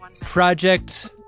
project